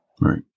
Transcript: Right